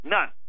None